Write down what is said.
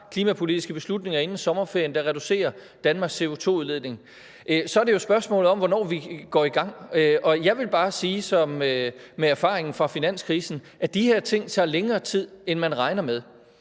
klimapolitiske beslutninger inden sommerferien, der reducerer Danmarks CO₂-udledning. Så er det jo spørgsmålet om, hvornår vi går i gang, og jeg vil bare sige med erfaringen fra finanskrisen, at de her ting tager længere tid, end man regner med.